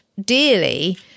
dearly